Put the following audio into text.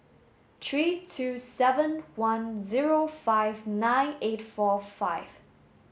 three two seven one zero five nine eight four five